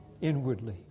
inwardly